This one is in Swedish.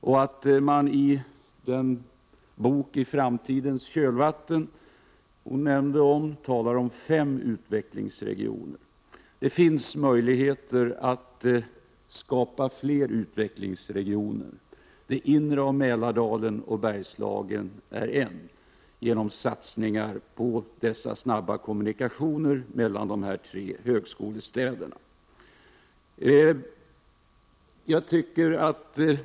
I den bok som Ulla Orring nämnde, I framtidens kölvatten, talas det om fem utvecklingsregioner. Det finns möjligheter att skapa fler utvecklingsregioner. Det inre av Mälardalen och Bergslagen är en sådan region, genom satsningar på snabba kommunikationer mellan de tre högskolestäderna.